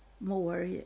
more